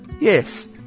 Yes